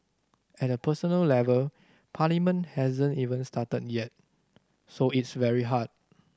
at a personal level Parliament hasn't even started yet so it's very hard